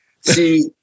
See